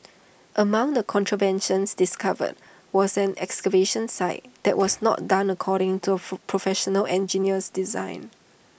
among the contraventions discovered was an excavation site that was not done according to A F full Professional Engineer's design